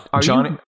Johnny